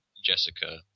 jessica